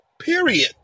Period